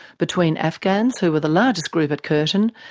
between afghans, who were the largest group at curtin,